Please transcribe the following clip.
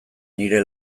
nire